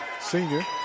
senior